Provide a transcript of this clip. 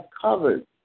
covered